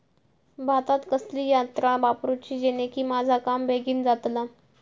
भातात कसली यांत्रा वापरुची जेनेकी माझा काम बेगीन जातला?